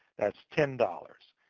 that's ten dollars.